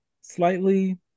slightly